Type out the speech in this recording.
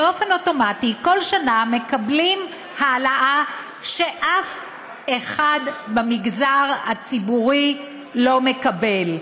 כל שנה מקבלים אוטומטית העלאה שאף אחד במגזר הציבורי לא מקבל,